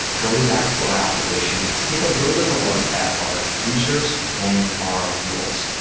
going back to our application. let's take a little bit of a look at our users and our rules.